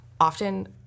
Often